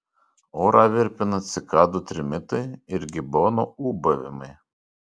orą virpina cikadų trimitai ir gibonų ūbavimai